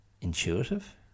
intuitive